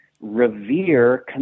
revere